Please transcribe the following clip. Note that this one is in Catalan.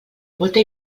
molta